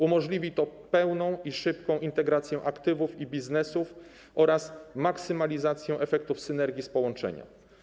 Umożliwi to pełną i szybką integrację aktywów i biznesów oraz maksymalizację efektów synergii z połączenia.